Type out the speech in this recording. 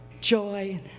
joy